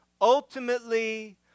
ultimately